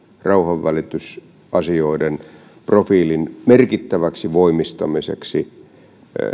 rauhanvälitysasioiden profiilin merkittäväksi voimistamiseksi